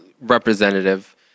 representative